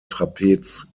trapez